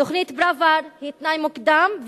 תוכנית פראוור היא תנאי מוקדם,